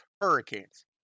hurricanes